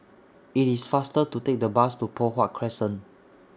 IT IS faster to Take The Bus to Poh Huat Crescent